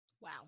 Wow